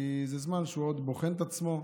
כי זה זמן שהוא עוד בוחן את עצמו,